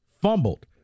Fumbled